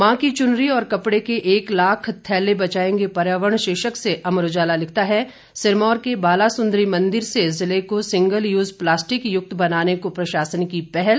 मां की चुनरी और कपड़े के एक लाख थैले बचाएंगे पर्यावरण शीर्षक से अमर उजाला लिखता है सिरमौर के बालासुंदरी मंदिर से जिले को सिंगल यूज प्लास्टिक मुक्त बनाने को प्रशासन की पहल